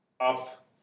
up